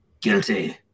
guilty